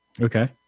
Okay